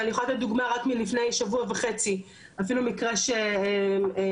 אפילו מקרה שקו לעובד טיפלו בו,